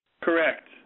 Correct